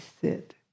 sit